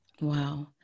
Wow